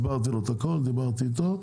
הסברתי לו את הכל, דיברתי איתו.